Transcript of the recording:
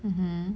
mmhmm